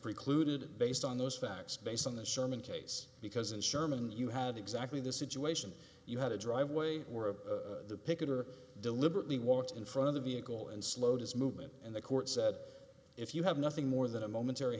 precluded based on those facts based on the sherman case because in sherman you had exactly the situation you had a driveway or of the picketer deliberately walked in front of the vehicle and slowed his movement and the court said if you have nothing more than a momentary